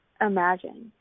imagine